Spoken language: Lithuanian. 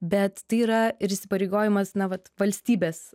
bet tai yra ir įsipareigojimas na vat valstybės